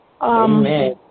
Amen